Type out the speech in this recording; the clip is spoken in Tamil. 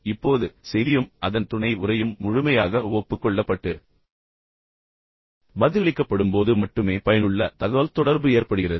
இப்போது செய்தியும் அதன் துணை உரையும் முழுமையாக ஒப்புக்கொள்ளப்பட்டு பதிலளிக்கப்படும்போது மட்டுமே பயனுள்ள தகவல்தொடர்பு ஏற்படுகிறது